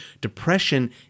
Depression